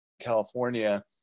California